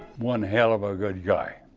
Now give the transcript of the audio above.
one hell of a good guy.